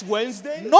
Wednesday